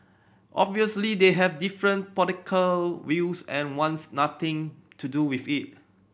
obviously they have different political views and wants nothing to do with it